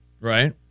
Right